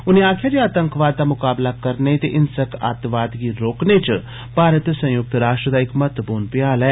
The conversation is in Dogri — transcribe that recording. उनें आक्खेआ ऐ जे आतंकवाद दा मुकाबला करने ते हिंसक अत्तवाद गी रोकने च भारत संयुक्त राष्ट्र दा इक महत्वपूर्ण भयाल ऐ